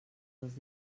dels